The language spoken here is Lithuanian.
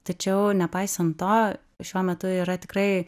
tačiau nepaisant to šiuo metu yra tikrai